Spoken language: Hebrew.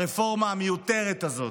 הרפורמה המיותרת הזאת.